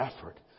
effort